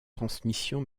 transmission